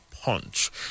punch